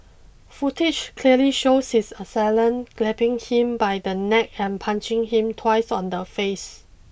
footage clearly shows his assailant grabbing him by the neck and punching him twice on the face